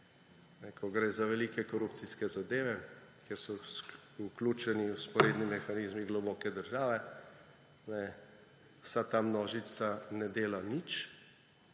ko gre za velike korupcijske zadeve, kjer so vključeni vzporedni mehanizmi globoke države, vsa ta množica ne dela nič.